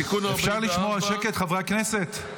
אפשר לשמור על שקט, חברי הכנסת?